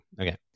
Okay